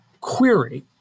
Query